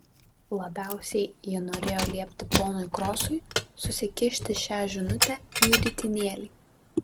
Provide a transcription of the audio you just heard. labiausiai ji norėjo liepti ponui krosui susikišti šią žinutę į ritinėlį